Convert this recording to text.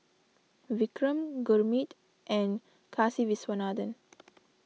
Vikram Gurmeet and Kasiviswanathan